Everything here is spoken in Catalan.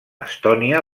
estònia